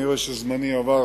אני רואה שזמני עבר,